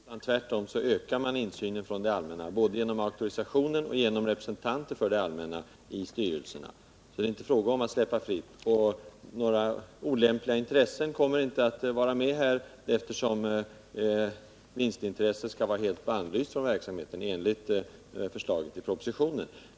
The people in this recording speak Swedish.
Herr talman! Nej, man släpper inte fältet fritt, utan tvärtom ökar man insynen från det allmänna både genom auktorisationen och genom representanter för det allmänna i styrelserna. Några olämpliga intressen kommer inte heller att vara med, eftersom vinstintresset skall vara helt bannlyst från verksamheten enligt förslaget i propositionen.